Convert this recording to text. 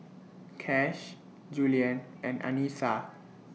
Kash Juliann and Anissa